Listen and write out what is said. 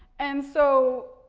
and, so,